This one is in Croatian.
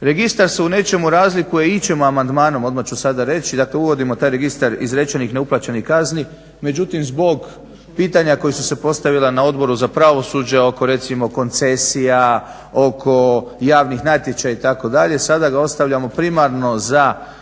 registar se u nečemu razlikuje, ići ćemo amandmanom, odmah ću sada reći, dakle uvodimo taj registar izrečenih neuplaćenih kazni međutim zbog pitanja koja su se postavila na Odboru za pravosuđe oko recimo koncesija, oko javnih natječaja itd., sada ga ostavljamo primarno za